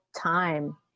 time